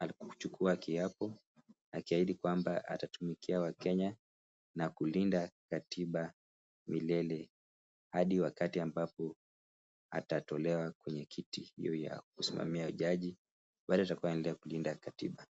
alichukua kiapo akiahidi kwamba atatumikia wakenya na kulinda katiba milele. Hadi wakati ambapo atatolewa kwenye kiti hiyo ya kusimamia ujaji, bado atakuwa anaendelea kulinda katiba.